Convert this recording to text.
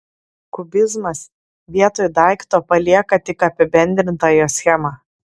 kubizmas vietoj daikto palieka tik apibendrintą jo schemą